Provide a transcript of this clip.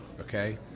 Okay